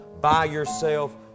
by-yourself